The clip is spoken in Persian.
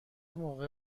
موقع